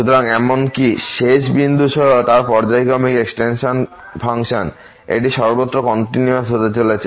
সুতরাং এমনকি শেষ বিন্দু সহ তার পর্যায়ক্রমিক এক্সটেনশনের ফাংশন এটি সর্বত্র কন্টিনিউয়াস হতে চলেছে